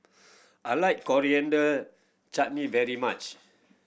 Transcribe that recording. I like Coriander Chutney very much